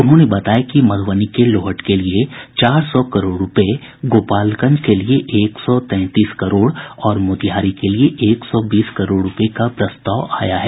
उन्होंने बताया कि मधुबनी के लोहट के लिए चार सौ करोड़ रूपये गोपालगंज के लिए एक सौ तैंतीस करोड़ और मोतिहारी के लिए एक सौ बीस करोड़ रूपये का प्रस्ताव आया है